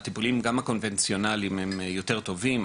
הטיפולים, גם הקונבנציונליים הם יותר טובים.